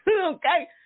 okay